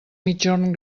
migjorn